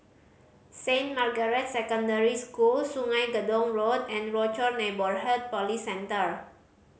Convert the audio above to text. Saint Margaret's Secondary School Sungei Gedong Road and Rochor Neighborhood Police Centre